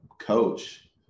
coach